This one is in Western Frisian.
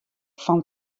fan